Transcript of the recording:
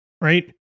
right